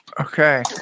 Okay